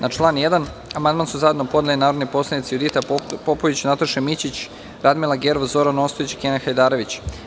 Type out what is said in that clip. Na član 1. amandman su zajedno podneli narodni poslanici Judita Popović, Nataša Mićić, Radmila Gerov, Zoran Ostojić i Kenan Hajdarević.